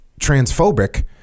transphobic